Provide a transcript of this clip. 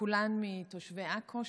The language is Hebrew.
כולן מתושבי עכו,